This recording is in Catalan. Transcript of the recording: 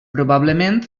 probablement